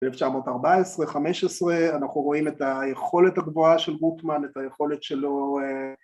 1914-15 אנחנו רואים את היכולת הגבוהה של גוטמן את היכולת שלו